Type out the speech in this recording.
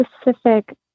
specific